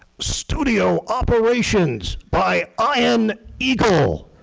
studio operations by ah ian eagle,